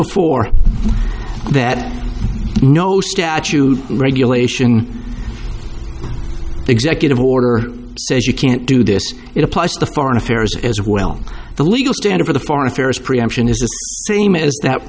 before that no statute regulation the executive order says you can't do this it applies to foreign affairs as well the legal standard for the foreign affairs preemption is the same as that